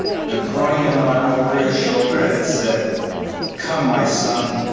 and throwing an arm over his shoulder had said come, my son,